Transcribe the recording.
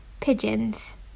Pigeons